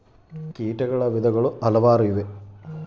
ಕೇಟಗಳ ವಿಧಗಳು ಯಾವುವು?